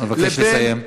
נא לסיים.